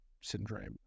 syndrome